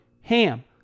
HAM